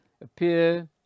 appear